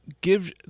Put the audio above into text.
give